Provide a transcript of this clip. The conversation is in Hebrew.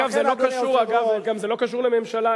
אגב, גם זה לא קשור לממשלה.